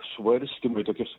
svarstymai tokias